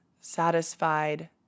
satisfied